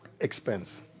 expense